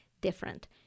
different